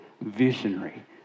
visionary